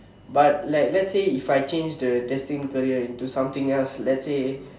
but like let's say if I change the destined career into something else let's say